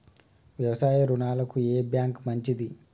వ్యవసాయ రుణాలకు ఏ బ్యాంక్ మంచిది?